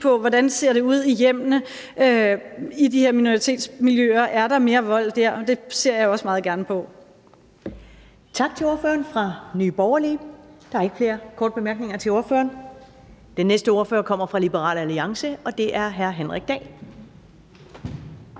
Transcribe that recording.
på, hvordan det ser ud i hjemmene i de her minoritetsmiljøer, og om der er mere vold dér. Og det ser jeg også meget gerne på.